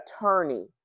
attorney